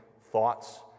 thoughts